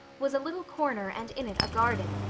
was a little corner and in it a garden.